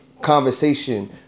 conversation